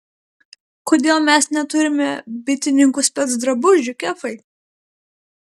kodėl mes neturime bitininkų specdrabužių kefai